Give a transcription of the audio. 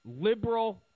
liberal